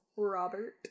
Robert